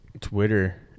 Twitter